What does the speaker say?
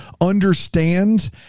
understand